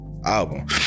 album